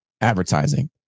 Advertising